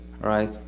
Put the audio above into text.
right